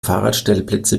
fahrradstellplätze